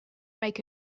make